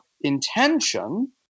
intention